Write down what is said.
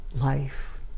life